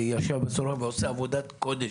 ויושב בסורוקה ועושה עבודת קודש.